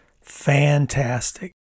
Fantastic